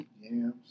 yams